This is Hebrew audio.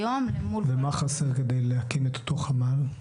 ומה חסר כדי להקים את אותו חמ"ל?